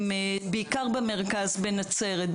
בעיקר במרכז בנצרת,